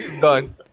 Done